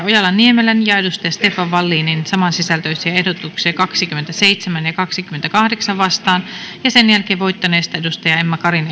ojala niemelän ja stefan wallinin samansisältöisiä ehdotuksia kaksikymmentäseitsemän ja kahteenkymmeneenkahdeksaan vastaan ja sen jälkeen voittaneesta emma karin